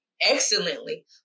excellently